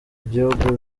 igihugu